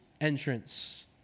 entrance